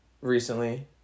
recently